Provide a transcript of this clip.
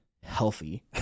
healthy